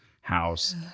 house